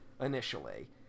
initially